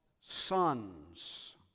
sons